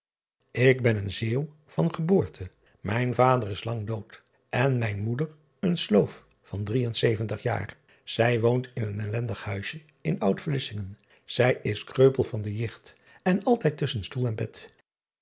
k ben een eeuw van geboorte ijn vader is lang dood en mijn moeder een sloof van drie en zeventig jaar zij woont in een ellendig huisje in ud lissingen ij is kreupel van de jicht en altijd tusschen stoel en bed